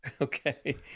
okay